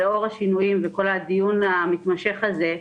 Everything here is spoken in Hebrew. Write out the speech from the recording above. לאור השינויים והדיון המתמשך הזה,